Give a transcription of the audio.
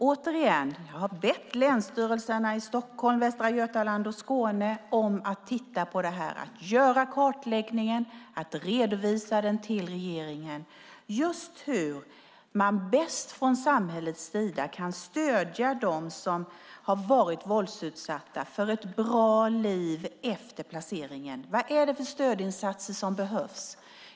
Jag har bett länsstyrelserna i Stockholm, Västra Götaland och Skåne att göra en kartläggning och redovisa den för regeringen av hur man bäst från samhällets sida kan stödja dem som har varit våldsutsatta till ett bra liv efter placeringen. Vad är det för stödinsatser som behövs?